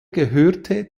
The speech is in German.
gehörte